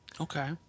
Okay